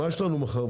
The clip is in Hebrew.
מה יש לנו מחר?